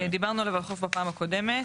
דיברנו על הולחו"ף בפעם הקודמת.